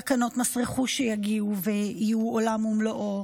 תקנות מס רכוש שיגיעו ויהיו עולם ומלואו,